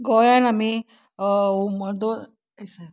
गोंयान आमी हुमर्दो आय सायबा